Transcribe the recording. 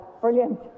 Brilliant